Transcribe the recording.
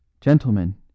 Gentlemen